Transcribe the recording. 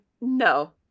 no